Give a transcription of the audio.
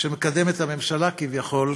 שמקדמת הממשלה, כביכול,